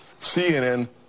CNN